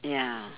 ya